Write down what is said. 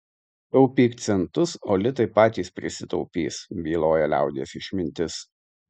taupyk centus o litai patys pasitaupys byloja liaudies išmintis